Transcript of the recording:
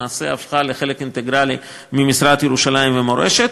הפכה לחלק אינטגרלי מהמשרד לירושלים ומורשת.